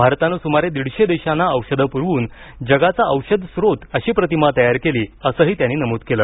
भारतानं सुमारे दीडशे देशांना औषधं पुरवून जगाचा औषधस्रोत अशी प्रतिमा तयार केली असंही त्यांनी नमूद केलं